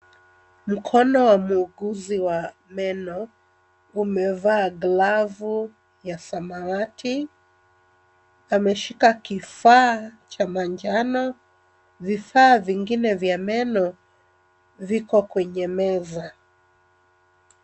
Mkono wa muuguzi wa meno umevaa glavu ya samawati. Ameshika kifaa cha manjano, vifaa vingine vya meno viko kwenye meza.